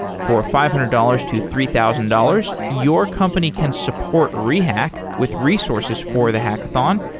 for five hundred dollars to three thousand dollars, your company can support rehack with resources for the hackathon.